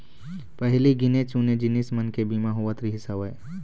पहिली गिने चुने जिनिस मन के बीमा होवत रिहिस हवय